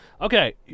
Okay